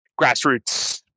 grassroots